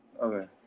Okay